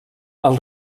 els